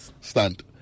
stand